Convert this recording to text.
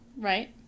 Right